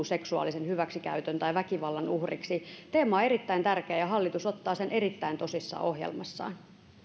seksuaalisen hyväksikäytön tai väkivallan uhriksi teema on erittäin tärkeä ja hallitus ottaa sen erittäin tosissaan ohjelmassaan